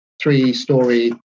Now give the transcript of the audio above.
three-story